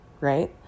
Right